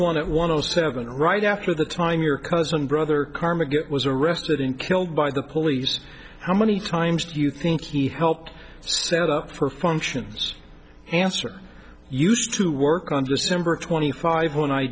one at one o seven right after the time your cousin brother carmack it was arrested in killed by the police how many times do you think he helped set up for functions answer used to work on december twenty five when i